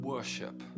worship